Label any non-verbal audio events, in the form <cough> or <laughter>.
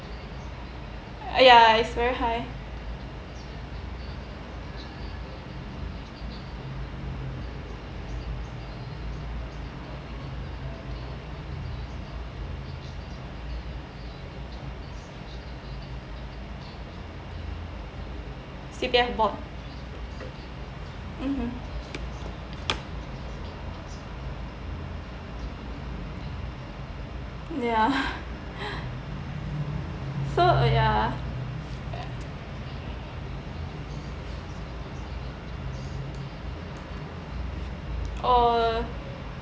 ya it's very high C_P_F board mmhmm ya <laughs> so ya <noise> oh